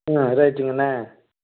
ம் ரைட்டுங்கண்ணா